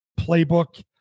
playbook